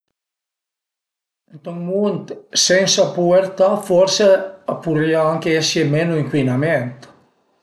Ënt ën munt sensa puertà forse a purìa anche esi sensa ëncuinament